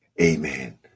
amen